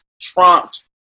trumped